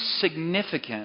significant